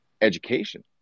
education